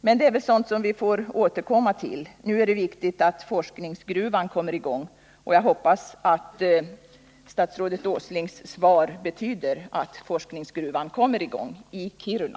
Men detta är väl sådant som vi får återkomma till. Nu är det viktigt att forskningsgruvan kommer i gång. Jag hoppas att statsrådet Åslings svar betyder att den kommer i gång — i Kiruna.